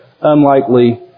unlikely